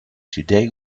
today